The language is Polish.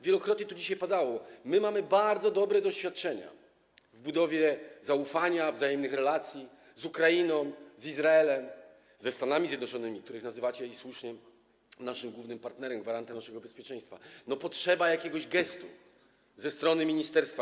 Wielokrotnie to dzisiaj padało, mamy bardzo dobre doświadczenia w budowie zaufania, wzajemnych relacji z Ukrainą, Izraelem, ze Stanami Zjednoczonymi, które nazywacie, i słusznie, naszym głównym partnerem i gwarantem naszego bezpieczeństwa, ale potrzeba jakiegoś gestu ze strony ministerstwa.